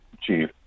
chief